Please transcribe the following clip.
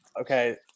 okay